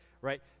right